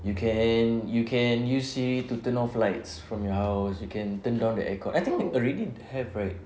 you can you can use SIRI to turn off lights from your house you can turn down the aircon I think already have right